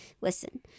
Listen